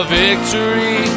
victory